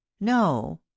No